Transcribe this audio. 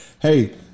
Hey